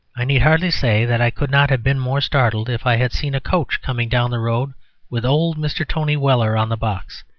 i need hardly say that i could not have been more startled if i had seen a coach coming down the road with old mr. tony weller on the box.